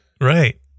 Right